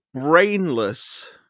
brainless